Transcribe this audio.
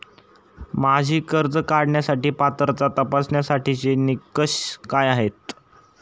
माझी कर्ज काढण्यासाठी पात्रता तपासण्यासाठीचे निकष काय आहेत?